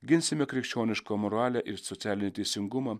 ginsime krikščionišką moralę ir socialinį teisingumą